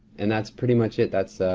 and that's pretty much it. that's